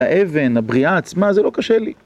האבן, הבריאה עצמה, זה לא קשה לי.